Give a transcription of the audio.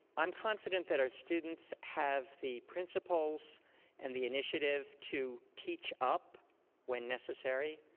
i'm confident that our students have the principals and the initiative to teach up when necessary.